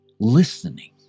listening